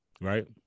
Right